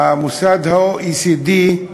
מוסד ה-OECD,